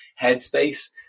headspace